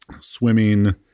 swimming